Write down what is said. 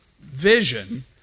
vision